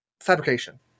fabrication